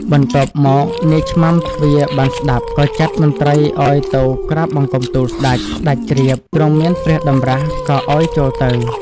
បន្ទាប់មកនាយឆ្មាំទ្វារបានស្តាប់ ក៏ចាត់មន្រ្តីឲ្យទៅក្រាបបង្គំទូលសេ្តច សេ្តចជ្រាបទ្រង់មានព្រះតម្រាសក៏ឲ្យចូលទៅ។